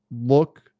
look